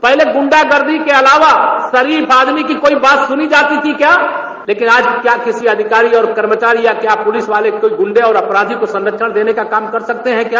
पहले गुंडागर्दी के अलावा शरीफ आदमी की बात सुनी जाती थी क्या लेकिन आज कया किसी अधिकारी और कर्मचारी या पुलिसवाले कोई गुर्डे ओर अपराधी को संरक्षण देने का काम कर सकते है क्या